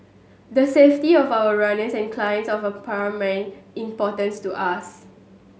the safety of our runners and clients of a paramount importance to us